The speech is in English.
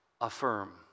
Affirm